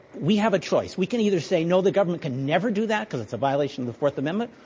we have a choice. we can either say, no, the government can never do that because it's a violation of the fourth amendment,